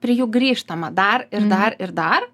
prie jų grįžtama dar ir dar ir dar